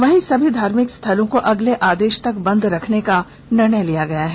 वहीं सभी धार्मिक स्थलों को अगले आदेश तक बंद रखने का निर्णय लिया गया है